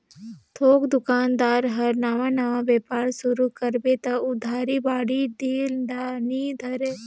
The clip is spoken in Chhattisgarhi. थोक दोकानदार हर नावा नावा बेपार सुरू करबे त उधारी बाड़ही देह ल नी धरे